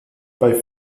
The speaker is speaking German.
bei